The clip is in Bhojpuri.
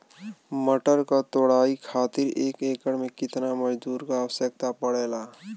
मटर क तोड़ाई खातीर एक एकड़ में कितना मजदूर क आवश्यकता पड़ेला?